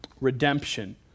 Redemption